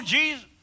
Jesus